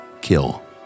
kill